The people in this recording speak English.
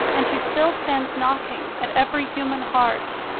and who still stands knocking at every human heart,